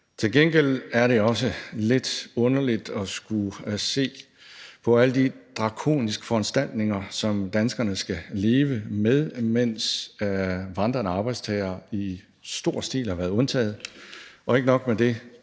Til gengæld er det også lidt underligt at skulle se på alle de drakoniske foranstaltninger, som danskerne skal leve med, mens vandrende arbejdstagere i stor stil har været undtaget, og ikke nok med det,